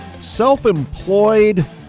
self-employed